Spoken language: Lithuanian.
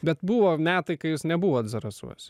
bet buvo metai kai jūs nebuvot zarasuose